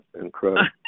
Incredible